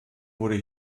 wurde